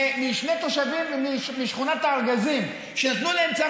משני תושבים משכונת הארגזים שנתנו להם צו